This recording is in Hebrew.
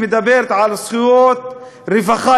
שמדברת על זכויות רווחה,